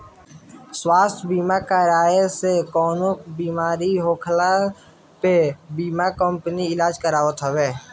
स्वास्थ्य बीमा कराए से कवनो बेमारी होखला पे बीमा कंपनी इलाज करावत हवे